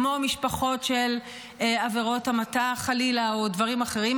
כמו משפחות של עבירות המתה חלילה או דברים אחרים,